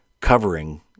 covering